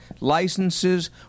licenses